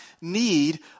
need